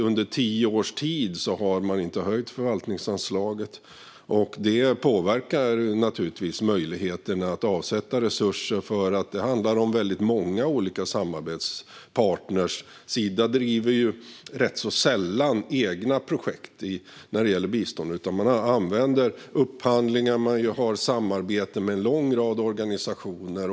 Under tio års tid har man faktiskt inte höjt förvaltningsanslaget, och det påverkar naturligtvis möjligheterna att avsätta resurser, för det handlar om väldigt många olika samarbetspartner. Sida driver ganska sällan egna biståndsprojekt, utan man använder upphandlingar och har samarbete med en lång rad organisationer.